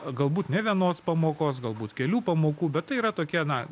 galbūt ne vienos pamokos galbūt kelių pamokų bet tai yra tokie na